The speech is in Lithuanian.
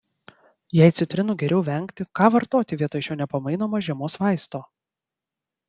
jei citrinų geriau vengti ką vartoti vietoj šio nepamainomo žiemos vaisto